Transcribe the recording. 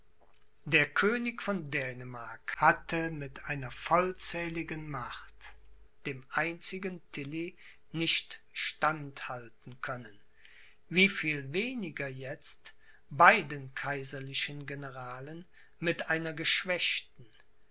der könig von dänemark hatte mit einer vollzähligen macht dem einzigen tilly nicht stand halten können wie viel weniger jetzt beiden kaiserlichen generalen mit einer geschwächten